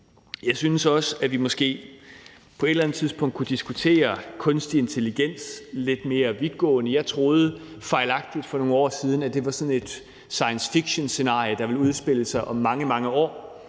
Jeg synes også, at vi måske på et eller andet tidspunkt kunne diskutere kunstig intelligens lidt mere uddybende. Jeg troede fejlagtigt for nogle år siden, at det var sådan et science fiction-scenarie, der ville udspille sig om mange, mange år,